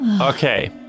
Okay